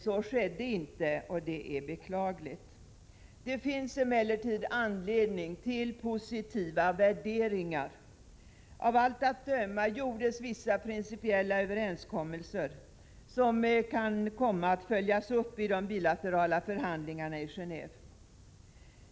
Så skedde dock inte, och det är beklagligt. Det finns emellertid anledning till positiva värderingar. Av allt att döma gjordes vissa principiella överenskommelser som kan komma att följas upp vid de bilaterala förhandlingarna i Geneve.